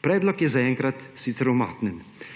Predlog je zaenkrat sicer umaknjen.